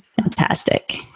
Fantastic